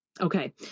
Okay